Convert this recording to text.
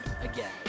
Again